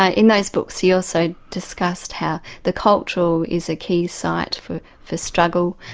ah in those books he also discussed how the cultural is a key site for for struggle,